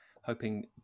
hoping